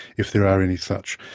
if there are any such.